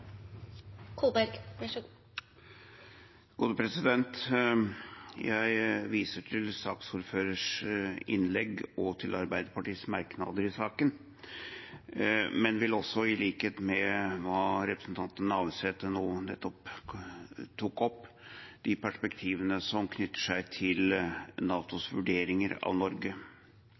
Jeg viser til saksordførerens innlegg og til Arbeiderpartiets merknader i saken, men også, i likhet med hva representanten Navarsete nå nettopp tok opp, til de perspektivene som knytter seg til NATOs vurderinger av Norge.